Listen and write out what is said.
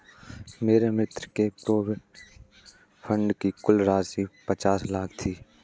मेरे मित्र के प्रोविडेंट फण्ड की कुल राशि पचास लाख थी